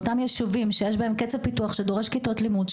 ישובים שיש בהם קצב פיתוח גבוה שדורש כיתות לימוד,